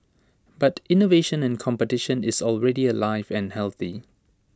but innovation and competition is already alive and healthy